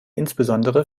insbesondere